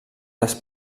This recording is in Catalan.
les